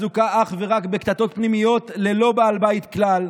ועסוקה אך ורק בקטטות פנימיות, ללא בעל בית כלל,